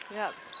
yeah